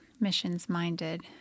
missions-minded